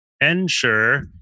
ensure